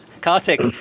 Kartik